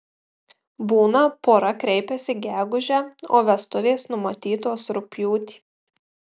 būna pora kreipiasi gegužę o vestuvės numatytos rugpjūtį